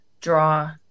draw